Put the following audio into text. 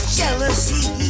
jealousy